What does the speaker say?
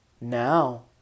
now